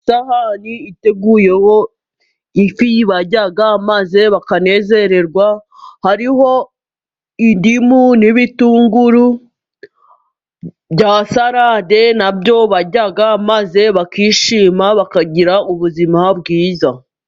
Isahani iteguyeho ifi barya maze bakanezererwa hariho indimu n'ibitunguru bya salade nabyo barya maze bakishima bakagira ubuzima bwiza.